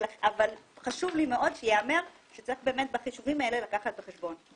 אבל חשוב לי מאוד שייאמר שצריך בחישובים האלה לקחת את זה בחשבון.